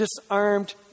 disarmed